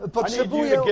potrzebuję